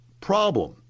problem